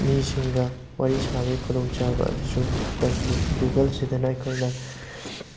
ꯃꯤꯁꯤꯡꯒ ꯋꯥꯔꯤ ꯁꯥꯕꯩ ꯈꯨꯗꯣꯡꯆꯥꯕ ꯑꯗꯨꯁꯨ ꯈꯤꯇꯪ ꯄꯤ ꯒꯨꯒꯜꯁꯤꯗꯅ ꯑꯩꯈꯣꯏꯅ